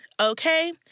okay